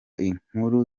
inkuru